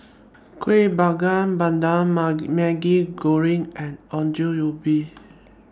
Kuih Bakar Pandan Maggi Goreng and Ongol Ubi